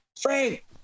Frank